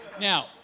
now